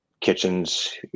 kitchens